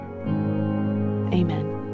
amen